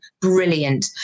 Brilliant